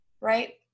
Right